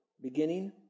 beginning